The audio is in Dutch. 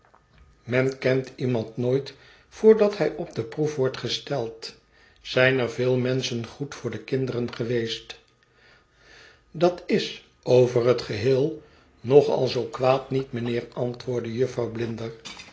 men kent iemand nooit voordat hij op de proef wordt gesteld zijn er veel menschen goed voor de kinderen geweest dat is over het geheel nog al zoo kwaad niet mijnheer antwoordde jufvrouw blinder